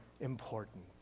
important